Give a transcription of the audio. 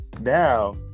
Now